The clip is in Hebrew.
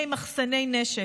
כמחסני נשק.